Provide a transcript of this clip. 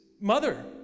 mother